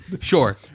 Sure